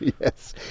yes